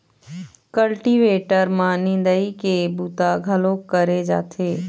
cultivator म निंदई के बूता घलोक करे जाथे